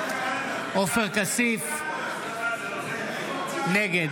נגד אופיר כץ, בעד ישראל כץ, בעד רון כץ, נגד